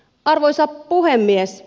arvoisa puhemies